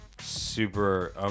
super